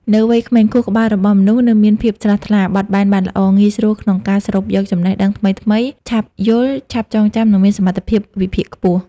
នៅវ័យក្មេង ខួរក្បាលរបស់មនុស្សនៅមានភាពស្រស់ថ្លា បត់បែនបានល្អ ងាយស្រួលក្នុងការស្រូបយកចំណេះដឹងថ្មីៗ ឆាប់យល់ ឆាប់ចងចាំ និងមានសមត្ថភាពវិភាគខ្ពស់ ។